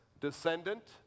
descendant